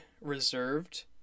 reserved